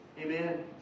Amen